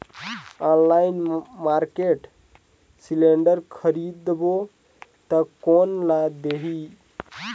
Online market cylinder खरीदबो ता कोन ला देही?